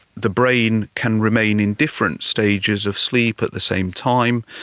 the brain can remain in different stages of sleep at the same time.